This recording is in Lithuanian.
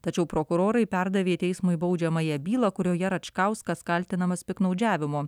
tačiau prokurorai perdavė teismui baudžiamąją bylą kurioje račkauskas kaltinamas piktnaudžiavimu